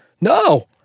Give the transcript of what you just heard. no